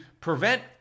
prevent